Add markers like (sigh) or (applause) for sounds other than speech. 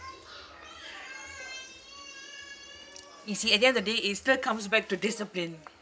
(noise) you see at the end of the day it still comes back to discipline